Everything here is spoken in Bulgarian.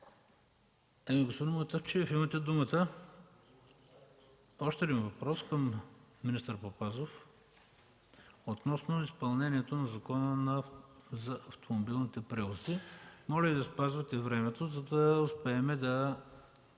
Господин Мутафчиев, имате думата за още един въпрос към министър Папазов – относно изпълнението на Закона за автомобилните превози. Моля Ви да спазвате времето, за да успеем да